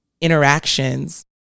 interactions